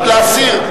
להסיר?